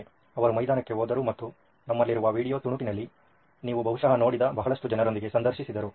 ಅವರು ಮೈದಾನಕ್ಕೆ ಹೋದರು ಮತ್ತು ನಮ್ಮಲ್ಲಿರುವ ವಿಡಿಯೋ ತುಣುಕಿನಲ್ಲಿ ನೀವು ಬಹುಶಃ ನೋಡಿದ ಬಹಳಷ್ಟು ಜನರೊಂದಿಗೆ ಸಂದರ್ಶಿಸಿದರು